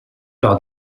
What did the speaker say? par